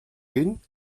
vint